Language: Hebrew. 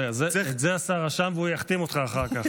רגע, את זה השר רשם, והוא יחתים אותך אחר כך.